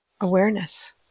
awareness